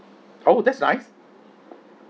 oh that's nice